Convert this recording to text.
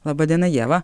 laba diena ieva